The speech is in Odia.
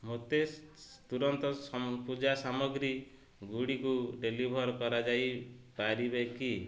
ମୋତେ ତୁରନ୍ତ ସମ ପୂଜା ସାମଗ୍ରୀଗୁଡ଼ିକୁ ଡେଲିଭର୍ କରାଯାଇପାରିବ କି